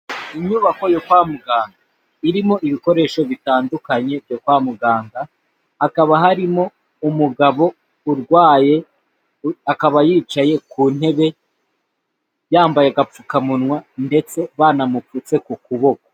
Inyubako yo kwa muganga irimo ibikoresho bitandukanye byo kwa muganga hakaba harimo umugabo urwaye akaba yicaye ku ntebe yambaye agapfukamunwa ndetse banamupfutse ku kuboko.